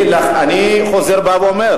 אני חוזר ואומר,